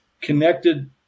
connected